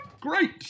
Great